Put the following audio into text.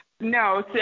No